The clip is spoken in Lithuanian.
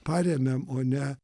paremiam o ne